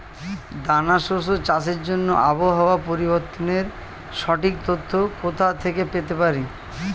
দানা শস্য চাষের জন্য আবহাওয়া পরিবর্তনের সঠিক তথ্য কোথা থেকে পেতে পারি?